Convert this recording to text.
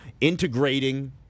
integrating